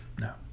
No